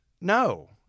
no